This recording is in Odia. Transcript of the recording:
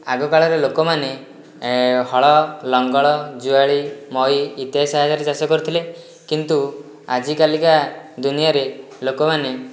ଆଗକାଳରେ ଲୋକ ମାନେ ହଳ ଲଙ୍ଗଳ ଜୁଆଳି ମଇ ଇତ୍ୟାଦି ସାହାଯ୍ୟରେ ଚାଷ କରୁଥିଲେ କିନ୍ତୁ ଆଜିକାଲିକା ଦୁନିଆଁରେ ଲୋକମାନେ